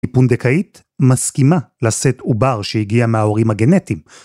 פונדקאית מסכימה לשאת עובר שהגיע מההורים הגנטיים.